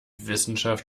wissenschaft